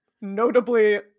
notably